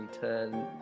turn